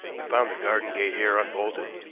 i found the garden gate here unbolted,